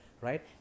right